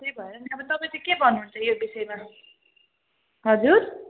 त्यही भएर नि अब तपाईँ चाहिँ के भन्नु हुन्छ यो विषयमा हजुर